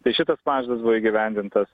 tai šitas pažadas buvo įgyvendintas